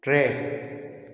टे